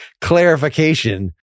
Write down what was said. clarification